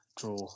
draw